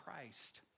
Christ